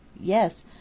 Yes